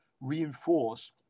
reinforce